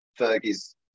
Fergie's